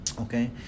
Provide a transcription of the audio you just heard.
okay